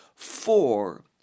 Four